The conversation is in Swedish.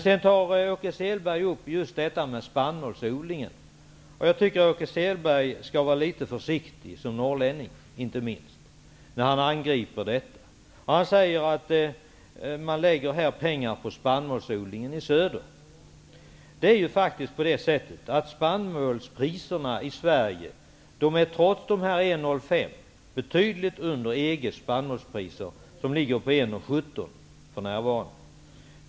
Åke Selberg tog sedan upp spannmålsodlingen. Jag tycker att han skall vara litet försiktig, inte minst som norrlänning, när han angriper detta. Han säger att man lägger pengar på spannmålsodlingen i söder. Men spannmålspriset i Sverige är trots dessa 1:05 kr betydligt under EG:s spannmålspriser, som för närvarande ligger på 1:17 kr.